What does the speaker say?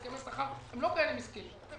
הם לא כאלה מסכנים.